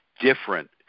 different